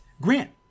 Grant